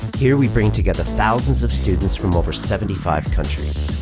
here we bring together thousands of students from over seventy five countries.